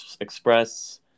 express